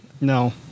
No